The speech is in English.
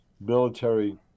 military